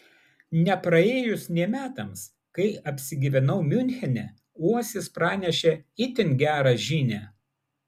nepraėjus nė metams kai apsigyvenau miunchene uosis pranešė itin gerą žinią